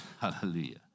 Hallelujah